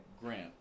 Grant